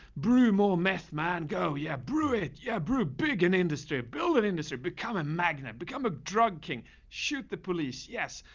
brew more meth man. go. yeah, brew it. yeah. brew big and industry of building industry. become a magnet. become a drug king. shoot the police. yes.